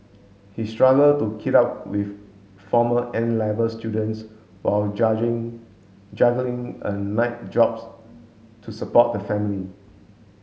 he struggled to keep up with former N Level students while juggling a night jobs to support the family